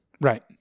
Right